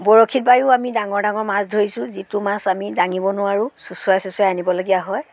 বৰশী বায়ো আমি ডাঙৰ ডাঙৰ মাছ ধৰিছোঁ যিটো মাছ আমি দাঙিব নোৱাৰোঁ চোঁচৰাই চোঁচৰাই আনিবলগীয়া হয়